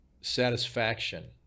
satisfaction